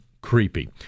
creepy